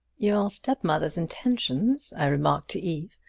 your stepmother's intentions, i remarked to eve,